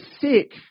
sick